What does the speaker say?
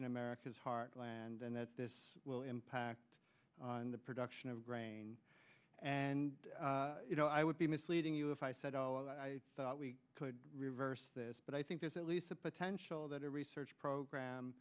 in america's heartland and that this will impact on the production of grain and you know i would be misleading you if i said that i thought we could reverse this but i think there's at least a potential that a research program